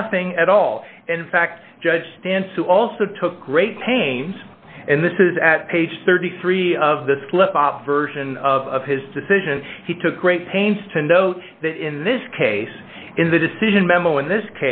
nothing at all in fact judge stance who also took great pains and this is at page thirty three of the slip up version of his decision he took great pains to note that in this case in the decision memo in this